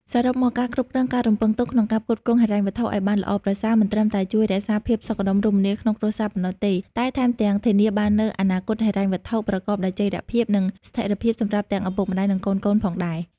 សរុបមក ការគ្រប់គ្រងការរំពឹងទុកក្នុងការផ្គត់ផ្គង់ហិរញ្ញវត្ថុឱ្យបានល្អប្រសើរ មិនត្រឹមតែជួយរក្សាភាពសុខដុមរមនាក្នុងគ្រួសារប៉ុណ្ណោះទេ តែថែមទាំងធានាបាននូវអនាគតហិរញ្ញវត្ថុប្រកបដោយចីរភាព និងស្ថិរភាពសម្រាប់ទាំងឪពុកម្ដាយ និងកូនៗផងដែរ។